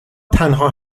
تنها